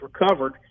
recovered